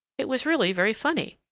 it was really very funny.